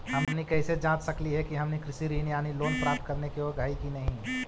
हमनी कैसे जांच सकली हे कि हमनी कृषि ऋण यानी लोन प्राप्त करने के योग्य हई कि नहीं?